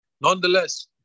nonetheless